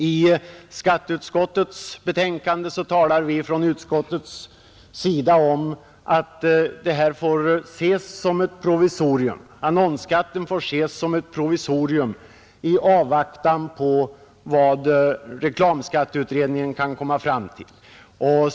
I skatteutskottets betänkande talar utskottsmajoriteten om att annonsskatten får ses som ett provisorium i avvaktan på vad reklamskatteutredningen kan komma att föreslå.